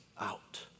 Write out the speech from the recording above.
out